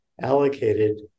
allocated